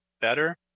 better